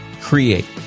Create